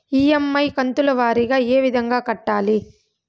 EMI కంతుల వారీగా ఏ విధంగా కట్టాలి